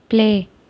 play